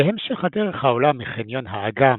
בהמשך הדרך העולה מ "חניון האגם"